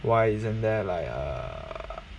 why isn't there like err